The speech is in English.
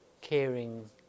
caring